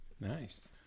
Nice